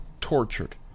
tortured